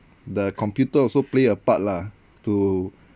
the computer also play a part lah to